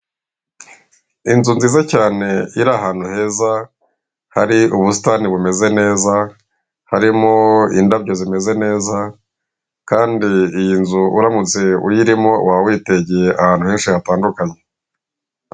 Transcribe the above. inzu nziza cyane iri ahantu heza, hari ubusitani bumeze neza, harimo indabyo zimeze neza, kandi iyi nzu uramutse uyirimo waba witegeye ahantu henshi hatandukanye.